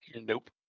Nope